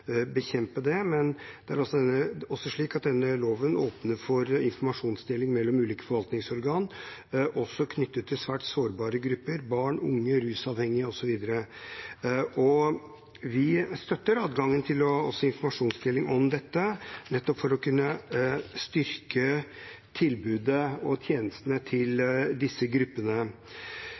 bekjempe det. Det er også slik at denne loven åpner for informasjonsdeling mellom ulike forvaltningsorganer, også knyttet til svært sårbare grupper – barn, unge, rusavhengige osv. – og vi støtter adgangen til informasjonsdeling om dette, nettopp for å kunne styrke tilbudet og tjenestene til disse gruppene.